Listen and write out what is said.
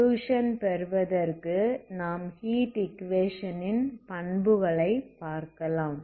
solution பெறுவதற்கு நாம் heat equation ன் பண்புகளை பார்க்கலாம்